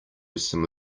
some